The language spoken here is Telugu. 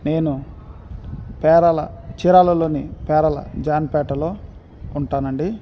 నేను పేరళ చీరాలలోని పేరళ జాన్పేటలో ఉంటానండి